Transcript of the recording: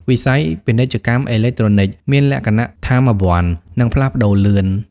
វិស័យ ពាណិជ្ជកម្មអេឡិចត្រូនិក មានលក្ខណៈថាមវន្ត និងផ្លាស់ប្តូរលឿន។